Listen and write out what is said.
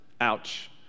Ouch